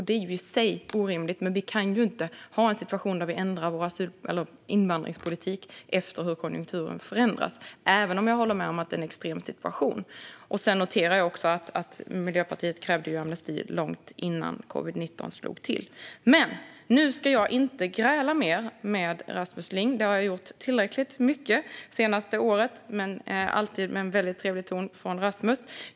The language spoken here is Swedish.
Det är i sig orimligt, men vi kan inte ha en situation där vi ändrar vår invandringspolitik efter hur konjunkturen förändras, även om jag håller med om att det är en extrem situation. Jag noterar också att Miljöpartiet krävde amnesti långt innan covid-19 slog till. Men nu ska jag inte gräla mer med Rasmus Ling. Det har jag gjort tillräckligt mycket under det senaste året, men alltid med en väldigt trevlig ton från Rasmus.